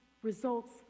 Results